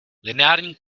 lineární